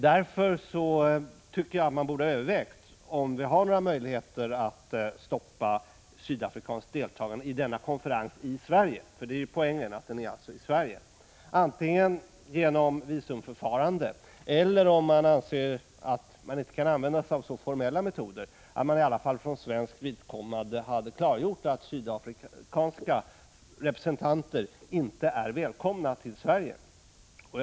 Därför tycker jag att man borde ha övervägt om vi har några möjligheter att stoppa sydafrikanskt deltagande i denna konferens i Sverige — poängen är ju den att den hålls i Sverige —, antingen genom visumförfarande eller, om man anser att man inte kan använda sig av så formella metoder, genom att man för svenskt vidkommande klargör att sydafrikanska representanter inte är välkomna till Sverige.